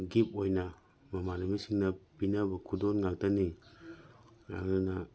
ꯒꯤꯐ ꯑꯣꯏꯅ ꯃꯃꯥꯟꯅꯕꯤꯁꯤꯡꯅ ꯄꯤꯅꯕ ꯈꯨꯗꯣꯟ ꯉꯥꯛꯇꯅꯤ ꯑꯗꯨꯅ